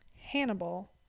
Hannibal